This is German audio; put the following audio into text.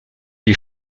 die